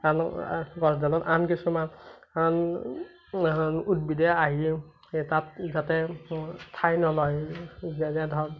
আন গছডালত আন কিছুমান আন আন উদ্ভিদে আহি তাত যাতে ঠাই নলয় যেনে ধৰক